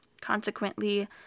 Consequently